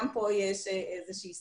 גם פה יש איזה שהיא הסתייגות.